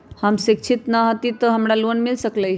हम शिक्षित न हाति तयो हमरा लोन मिल सकलई ह?